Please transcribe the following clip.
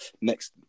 next